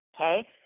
okay